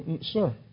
Sir